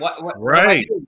Right